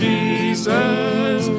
Jesus